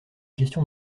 question